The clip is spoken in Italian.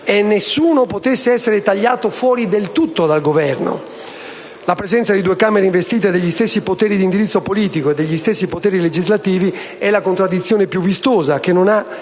e nessuno potesse essere tagliato fuori del tutto dal Governo. La presenza di due Camere investite degli stessi poteri d'indirizzo politico e degli stessi poteri legislativi è la contraddizione più vistosa che non ha